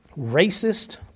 racist